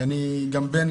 אני גם בן